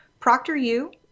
ProctorU